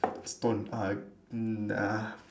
stone uh